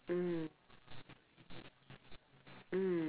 mm mm